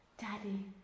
Daddy